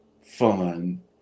fun